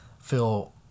feel